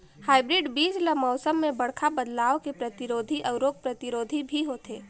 hybrid बीज ल मौसम में बड़खा बदलाव के प्रतिरोधी अऊ रोग प्रतिरोधी भी होथे